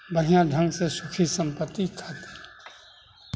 बढ़िआँ ढङ्ग से सुखी सम्पत्ति